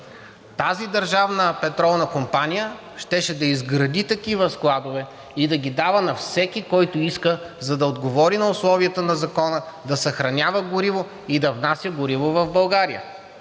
Тази Държавна петролна компания щеше да изгради такива складове и да ги дава на всеки, който иска, за да отговори на условията на закона, да съхранява гориво и да внася гориво в България.